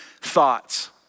thoughts